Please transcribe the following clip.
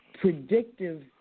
predictive